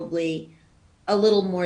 ככל הנראה,